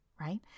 right